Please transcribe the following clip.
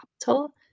capital